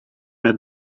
met